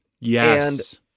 Yes